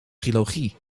trilogie